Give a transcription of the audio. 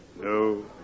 No